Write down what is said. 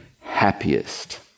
happiest